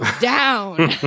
down